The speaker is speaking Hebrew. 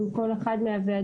עם כל אחד מהוועדים.